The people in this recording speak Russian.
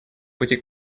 пути